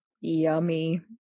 yummy